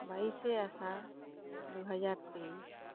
ᱵᱟᱭᱥᱮ ᱟᱥᱟᱲ ᱫᱩ ᱦᱟᱡᱟᱨ ᱛᱮᱭᱤᱥ